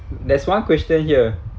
there's one question here